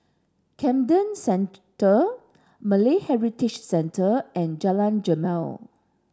Camden Centre Malay Heritage Centre and Jalan Jamal